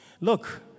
Look